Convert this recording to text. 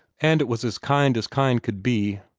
and it was as kind as kind could be.